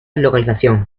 localización